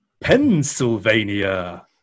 Pennsylvania